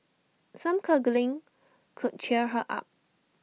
some cuddling could cheer her up